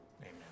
Amen